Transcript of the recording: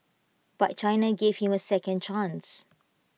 but China gave him A second chance